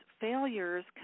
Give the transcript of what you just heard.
Failures